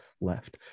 left